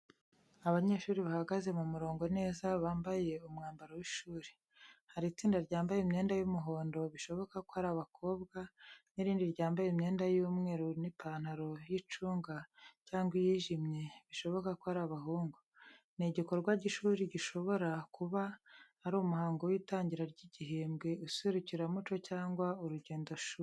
Abanyeshuri bahagaze mu murongo neza bambaye umwambaro w’ishuri. Hari itsinda ryambaye imyenda y’umuhondo bishoboka ko ari abakobwa, n’irindi ryambaye imyenda y'umweru n’ipantaro y’icunga cyangwa iyijimye bishoboka ko ari abahungu. Ni igikorwa cy’ishuri gishobora kuba ari umuhango w’itangira ry’igihembwe, iserukiramuco cyangwa urugendoshuri.